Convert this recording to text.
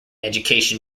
education